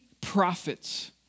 prophets